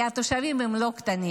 כי התושבים הם לא קטנים.